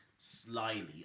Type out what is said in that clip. slyly